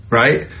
right